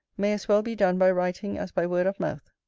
may as well be done by writing as by word of mouth.